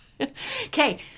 Okay